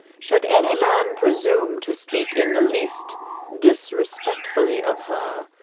should any man presume to speak in the least disrespectfully of her,